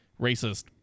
racist